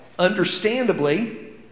understandably